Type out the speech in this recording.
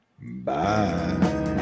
Bye